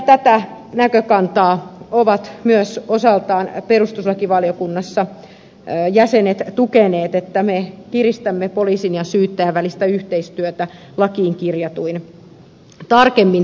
tätä näkökantaa ovat myös perustuslakivaliokunnassa jäsenet osaltaan tukeneet että kiristettäisiin poliisin ja syyttäjän välistä yhteistyötä lakiin kirjatuin tarkemmin täsmennyksin